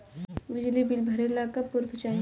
बिजली बिल भरे ला का पुर्फ चाही?